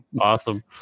Awesome